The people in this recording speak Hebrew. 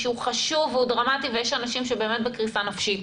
שהוא חשוב ודרמטי ויש אנשים שנמצאים באמת בקריסה נפשית,